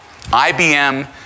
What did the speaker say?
IBM